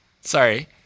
Sorry